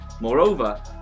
Moreover